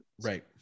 Right